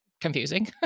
confusing